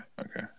Okay